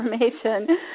information